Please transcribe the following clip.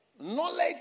Knowledge